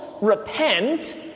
repent